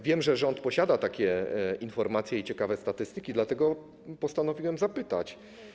Wiem, że rząd posiada informacje i ciekawe statystyki, dlatego postanowiłem zapytać.